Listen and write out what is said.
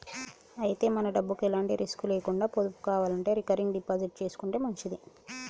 అయితే మన డబ్బుకు ఎలాంటి రిస్కులు లేకుండా పొదుపు కావాలంటే రికరింగ్ డిపాజిట్ చేసుకుంటే మంచిది